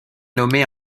nommé